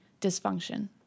dysfunction